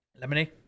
Lemonade